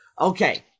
Okay